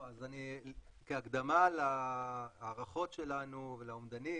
כהקדמה להערכות שלנו ולאומדנים